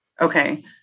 Okay